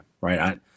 right